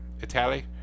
Italy